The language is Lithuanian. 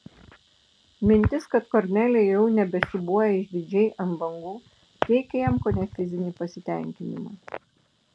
mintis kad kornelija jau nebesiūbuoja išdidžiai ant bangų teikė jam kone fizinį pasitenkinimą